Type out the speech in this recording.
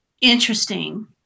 Interesting